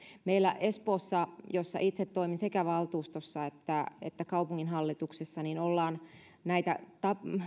meillä espoossa jossa itse toimin sekä valtuustossa että että kaupunginhallituksessa on näitä